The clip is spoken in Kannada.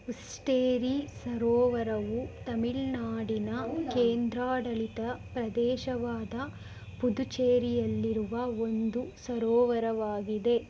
ಉಸ್ಟೇರಿ ಸರೋವರವು ತಮಿಳ್ನಾಡಿನ ಕೇಂದ್ರಾಡಳಿತ ಪ್ರದೇಶವಾದ ಪುದುಚೇರಿಯಲ್ಲಿರುವ ಒಂದು ಸರೋವರವಾಗಿದೆ